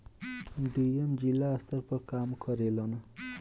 DM जिला स्तर पर काम करेलन